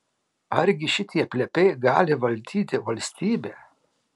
argi šitie plepiai gali valdyti valstybę